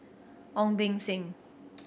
Ong Beng Seng